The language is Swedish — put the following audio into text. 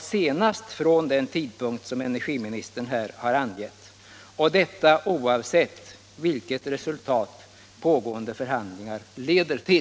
senast från den tidpunkt som energiministern här har angivit och alldeles oavsett vilket resultat som pågående förhandlingar leder till.